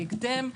בהקדם.